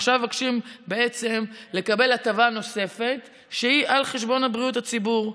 עכשיו מבקשים בעצם לקבל הטבה נוספת שהיא על חשבון בריאות הציבור.